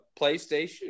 PlayStation